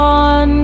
on